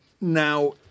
now